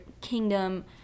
kingdom